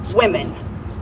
women